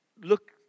look